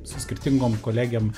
su skirtingom kolegėm